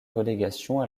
relégation